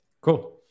cool